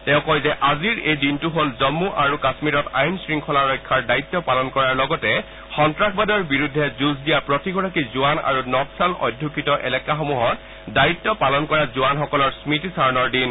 তেওঁ কয় যে আজিৰ এই দিনটো হ'ল জম্মু আৰু কাশ্মীৰত আইন শৃংখলা ৰক্ষাৰ দায়িত্ব পালন কৰাৰ লগতে সন্নাসবাদৰ বিৰুদ্ধে যুঁজ দিয়া প্ৰতিগৰাকী জোৱান আৰু নক্সাল অধ্যুষিত এলেকাসমূহত দায়িত্ব পালন কৰা জোৱানসকলৰ স্মতিচাৰণৰ দিন